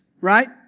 Right